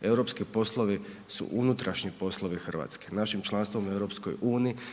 europski poslovi su unutrašnji poslovi RH, našim članstvom u EU